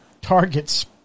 Target's